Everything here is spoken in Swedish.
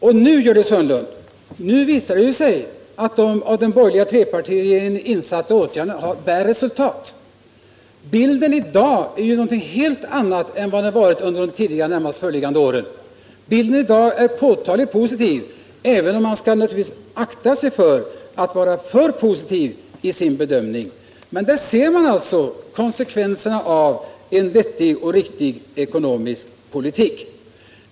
Och nu, Gördis Hörnlund, visar det sig att de av den borgerliga trepartiregeringen insatta åtgärderna ger resultat. Bilden är ju i dag en helt annan än vad den varit under de närmast föregående åren. Bilden i dag är påtagligt positiv, även om man naturligtvis skall akta sig för att vara för optimistisk i sin bedömning. Där ser man alltså konsekvenserna av en vettig och riktig ekonomisk politik.